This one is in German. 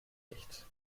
nicht